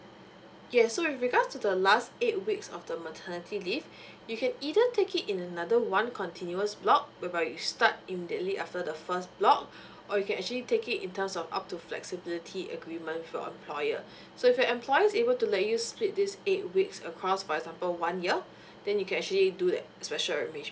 yes so with regards to the last eight weeks of the maternity leave you can either take it in another one continuous block whereby you start immediately after the first block or you can actually take it in terms of up to flexibility agreement for employer so if you employer is able to let you split this eight weeks across for example one year then you can actually do that special arrangement